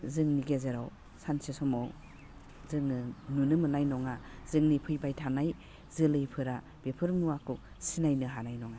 जोंनि गेजेराव सानसे समाव जोङो नुनो मोननाय नङा जोंनि फैबाय थानाय जोलैफोरा बेफोर मुवाखौ सिनायनो हानाय नङा